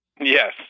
Yes